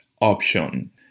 option